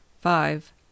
five